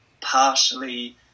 partially